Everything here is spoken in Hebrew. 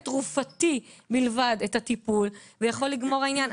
תרופתית בלבד את הטיפול ויכול להיגמר העניין.